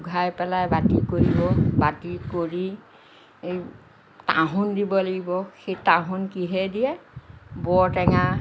উঘাই পেলাই বাতি কৰিব বাতি কৰি এই তাঁহোন দিব লাগিব সেই তাঁহোন কিহে দিয়ে বৰটেঙা